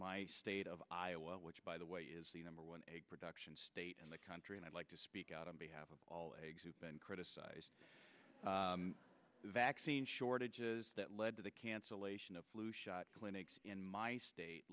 my state of iowa which by the way is the number one egg production state in the country and i'd like to speak out on behalf of all eggs who've been criticized the vaccine shortages that led to the cancellation of flu shot clinics in my state